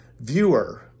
viewer